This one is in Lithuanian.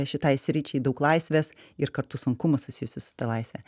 šitai sričiai daug laisvės ir kartu sunkumų susijusių su ta laisve